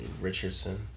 Richardson